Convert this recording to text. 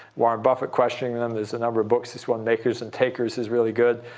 warren buffett questioning them. there's a number of books. this one makers and takers is really good.